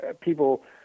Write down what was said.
people